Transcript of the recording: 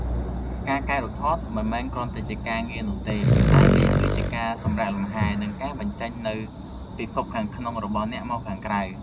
ការកែរូបថតមិនមែនគ្រាន់តែជាការងារនោះទេ ប៉ុន្តែវាគឺជាការសម្រាកលំហែ និងការបញ្ចេញនូវពិភពខាងក្នុងរបស់អ្នកមកខាងក្រៅ។